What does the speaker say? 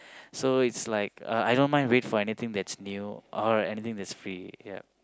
so it's like uh I don't mind wait for anything that's new or anything that's free ya